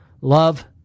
Love